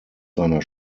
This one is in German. seiner